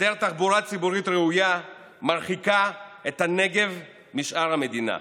היעדר תחבורה ציבורית ראויה מרחיק את הנגב משאר המדינה,